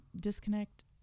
disconnect